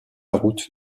route